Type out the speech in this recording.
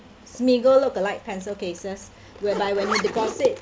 smiggle lookalike pencil cases whereby when you deposit